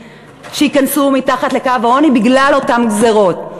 שייכנסו מתחת לקו העוני בגלל אותן גזירות.